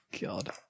God